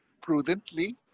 prudently